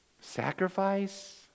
Sacrifice